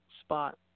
spot